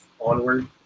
onward